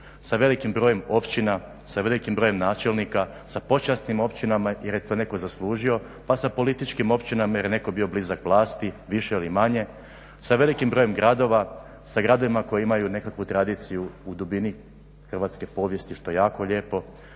sa velikim brojem općina, sa velikim brojem načelnika, sa počasnim općinama jer je to netko zaslužio, pa sa političkim općinama jer je netko bio blizak vlasti više ili manje, sa velikim brojem gradova, sa gradovima koji imaju nekakvu tradiciju u dubini hrvatske povijesti što je jako lijepo,